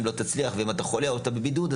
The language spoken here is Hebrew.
אם לא תצליח ואם אתה חולה או שאתה בבידוד,